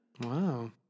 wow